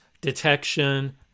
detection